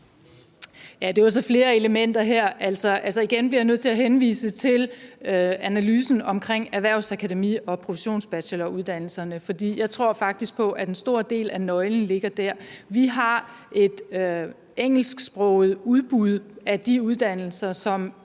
Det var så flere elementer her. Altså, igen bliver jeg nødt til at henvise til analysen af erhvervsakademi- og professionsbacheloruddannelserne, for jeg tror faktisk, at en stor del af løsningen ligger der. Vi har et engelsksproget udbud af de uddannelser, som